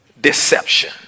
deception